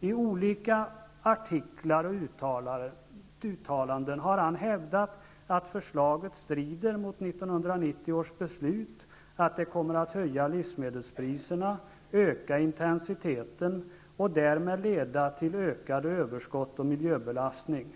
I olika artiklar och uttalanden har han hävdat att förslaget strider mot 1990 års beslut, att det kommer att höja livsmedelspriserna, öka intensiteten och därmed leda till ökade överskott och miljöbelastning.